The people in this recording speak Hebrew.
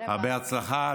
הרבה הצלחה.